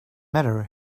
matter